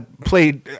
played